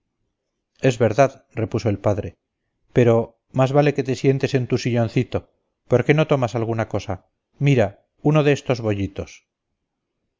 es verdad repuso el padre pero más vale que te sientes en tu silloncito por qué no tomas alguna cosa mira uno de estos bollitos